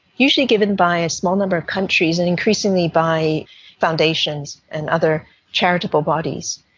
usually given by a small number of countries and increasingly by foundations and other charitable bodies.